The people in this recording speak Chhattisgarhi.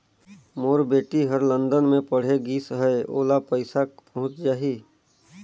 मोर बेटी हर लंदन मे पढ़े गिस हय, ओला पइसा पहुंच जाहि?